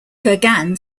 kurgan